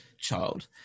child